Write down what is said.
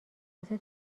واسه